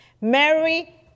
Mary